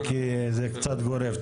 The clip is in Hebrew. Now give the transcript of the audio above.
כי זה קצת גורף.